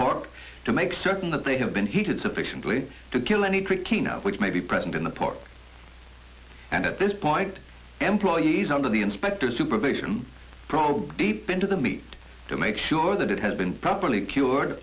park to make certain that they have been heated sufficiently to kill any trickiness which may be present in the park and at this point employees under the inspectors supervision probably deep into the meat to make sure that it has been properly cured